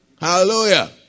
Hallelujah